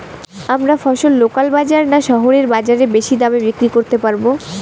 আমরা ফসল লোকাল বাজার না শহরের বাজারে বেশি দামে বিক্রি করতে পারবো?